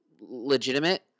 legitimate